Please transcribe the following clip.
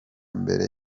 mbere